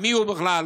מי הוא בכלל?